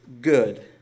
good